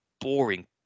boring